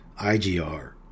IGR